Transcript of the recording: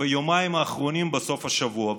ביומיים האחרונים בסוף השבוע,